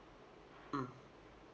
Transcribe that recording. mm